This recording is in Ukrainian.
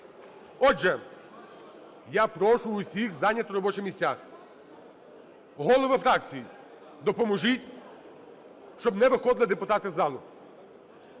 Отже, я прошу всіх зайняти робочі місця. Голови фракцій, допоможіть, щоб не виходили депутати з залу.